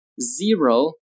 zero